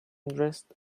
dressed